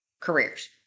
careers